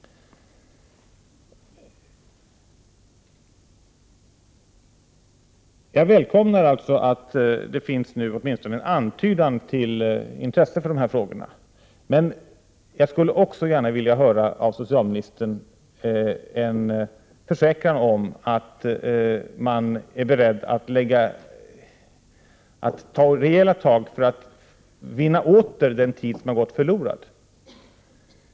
Jag välkomnar alltså att det nu finns åtminstone en antydan till intresse för dessa frågor. Men jag skulle också gärna vilja höra av socialministern en försäkran om att man är beredd att ta rejäla tag för att vinna åter den tid som gått förlorad.